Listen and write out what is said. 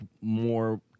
more